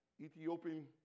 Ethiopian